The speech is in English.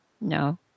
No